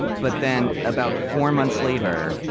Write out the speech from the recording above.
but then about four months later,